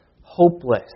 hopeless